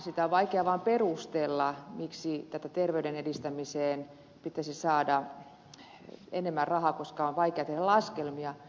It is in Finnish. sitä on vaikea vaan perustella miksi tähän terveyden edistämiseen pitäisi saada enemmän rahaa koska on vaikea tehdä laskelmia